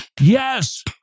yes